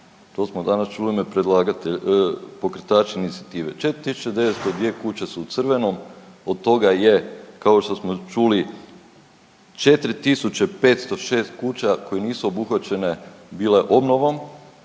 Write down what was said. u ime predlagatelja, pokretači inicijative, 4902 kuće su u crvenom od toga je kao što smo čuli 4506 kuća koje nisu obuhvaćene bile obnovom